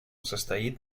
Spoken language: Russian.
состоит